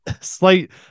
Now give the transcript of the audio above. slight